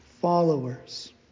followers